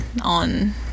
on